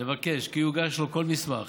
לבקש כי יוגש לו כל מסמך